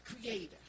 Creator